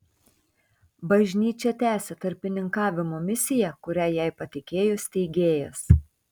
bažnyčia tęsia tarpininkavimo misiją kurią jai patikėjo steigėjas